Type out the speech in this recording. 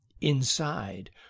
Inside